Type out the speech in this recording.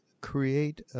create –